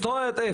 שזה אומר אפס.